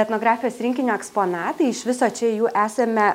etnografijos rinkinio eksponatai iš viso čia jų esame